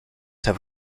have